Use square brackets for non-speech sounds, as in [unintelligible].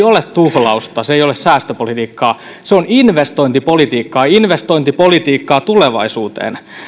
[unintelligible] ole tuhlausta se ei ole säästöpolitiikkaa se on investointipolitiikkaa investointipolitiikkaa tulevaisuuteen